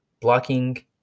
blocking